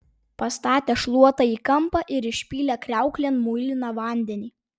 pastatė šluotą į kampą ir išpylė kriauklėn muiliną vandenį